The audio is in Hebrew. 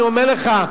אני אומר לך,